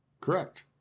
Correct